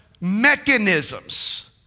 mechanisms